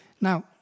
Now